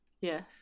yes